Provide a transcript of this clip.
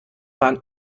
waren